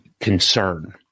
concern